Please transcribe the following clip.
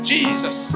Jesus